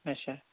اچھا